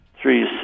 three